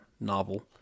novel